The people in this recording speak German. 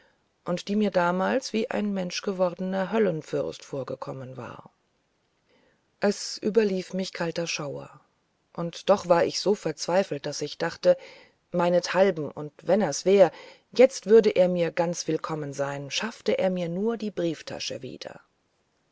und die mir damals wie ein menschgewordener höllenfürst vorgekommen war es überlief mich kalter schauer und doch war ich so verzweifelt daß ich dachte meinethalben und wenn er's wäre jetzt würde er mir ganz willkommen sein schaffte er mir nur die brieftasche wieder